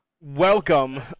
Welcome